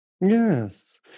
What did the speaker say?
Yes